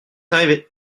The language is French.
arrivé